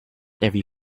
every